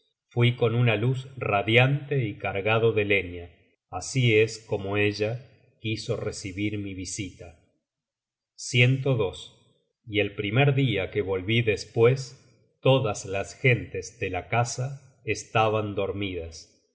fui con una luz radiante y cargado de leña así es como ella quiso recibir mi visita content from google book search generated at y el primer dia que volví despues todas las gentes de la casa estaban dormidas